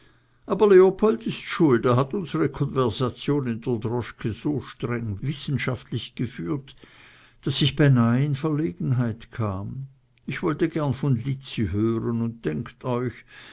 aber leopold ist schuld er hat unsere konversation in der droschke so streng wissenschaftlich geführt daß ich beinahe in verlegenheit kam ich wollte gern von lizzi hören und denkt euch